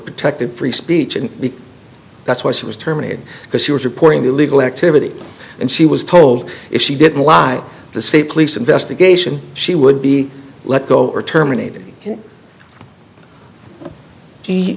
protected free speech and that's why she was terminated because she was reporting the illegal activity and she was told if she didn't live the state police investigation she would be let go or terminated she